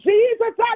Jesus